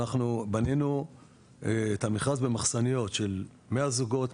אנחנו בנינו את המכרז במחסניות של 100 זוגות,